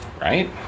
Right